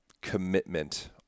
commitment